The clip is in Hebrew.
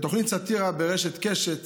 בתוכנית סאטירה ברשת-קשת